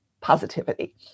positivity